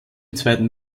zweiten